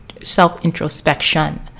self-introspection